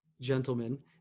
gentlemen